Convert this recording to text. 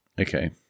Okay